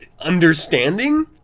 Understanding